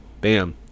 bam